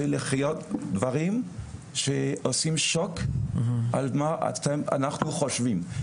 זה לחיות דברים שעושים שוק על מה שאנחנו חושבים,